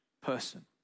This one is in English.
person